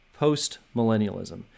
postmillennialism